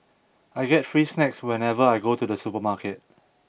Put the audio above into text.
I get free snacks whenever I go to the supermarket